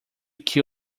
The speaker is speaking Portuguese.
que